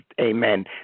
Amen